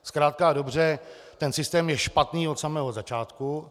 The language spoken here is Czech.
Zkrátka a dobře, ten systém je špatný od samého začátku.